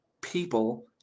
people